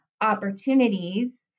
opportunities